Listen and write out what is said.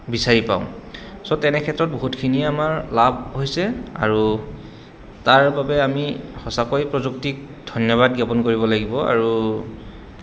বিচাৰি পাওঁ চ' তেনে ক্ষেত্ৰত বহুতখিনি আমাৰ লাভ হৈছে আৰু তাৰ বাবে আমি সঁচাকৈ প্ৰযুক্তিক ধন্যবাদ জ্ঞাপন কৰিব লাগিব আৰু